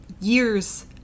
years